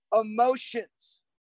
emotions